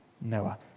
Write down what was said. Noah